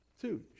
Two